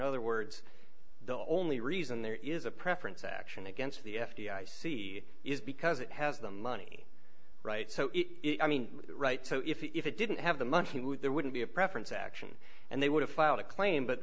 other words the only reason there is a preference action against the f d i c is because it have the money right so i mean right so if it didn't have the money he would there wouldn't be a preference action and they would have filed a claim but